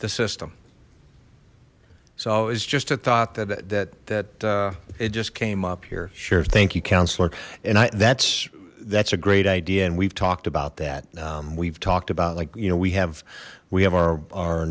the system so it's just a thought that that that it just came up here sure thank you counselor and i that's that's a great idea and we've talked about that we've talked about like you know we have we have our